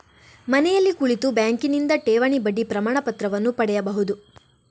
ಮನೆಯಲ್ಲಿ ಕುಳಿತು ಬ್ಯಾಂಕಿನಿಂದ ಠೇವಣಿ ಬಡ್ಡಿ ಪ್ರಮಾಣಪತ್ರವನ್ನು ಪಡೆಯಬಹುದು